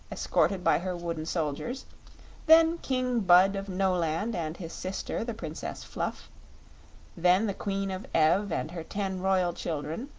escorted by her wooden soldiers then king bud of noland and his sister, the princess fluff then the queen of ev and her ten royal children